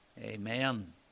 Amen